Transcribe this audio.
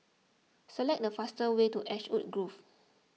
select the fastest way to Ashwood Grove